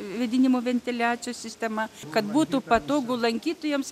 vėdinimo ventiliacijos sistema kad būtų patogu lankytojams